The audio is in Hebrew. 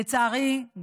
לצערי,